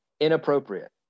Inappropriate